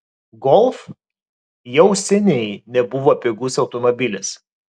golf jau seniai nebuvo pigus automobilis